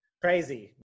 Crazy